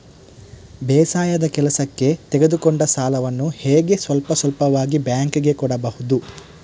ಬೇಸಾಯದ ಕೆಲಸಕ್ಕೆ ತೆಗೆದುಕೊಂಡ ಸಾಲವನ್ನು ಹೇಗೆ ಸ್ವಲ್ಪ ಸ್ವಲ್ಪವಾಗಿ ಬ್ಯಾಂಕ್ ಗೆ ಕೊಡಬಹುದು?